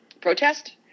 protest